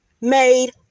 made